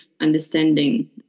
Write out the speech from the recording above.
understanding